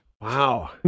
Wow